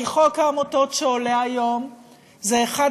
הרי חוק העמותות שעולה היום זה אחד